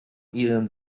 ihren